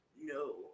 No